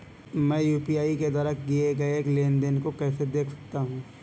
मैं यू.पी.आई के द्वारा किए गए लेनदेन को कैसे देख सकता हूं?